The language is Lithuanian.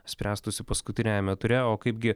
spręstųsi paskutiniajame ture o kaipgi